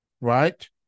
Right